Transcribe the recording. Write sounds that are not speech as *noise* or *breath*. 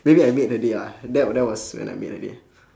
maybe I made her day lah that that was when I made her day *breath*